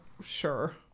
sure